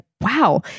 wow